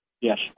Yes